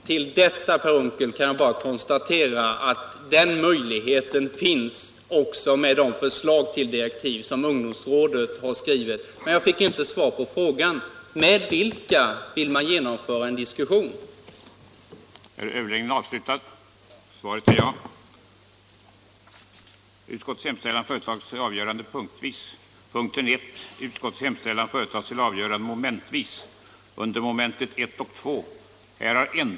Herr talman! Till detta kan jag bara konstatera att den möjligheten finns också med de förslag till direktiv som ungdomsrådet har skrivit. Men jag fick inte svar på min fråga: Med vilka vill man genomföra en diskussion? den det ej vill röstar nej.